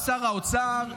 שר האוצר,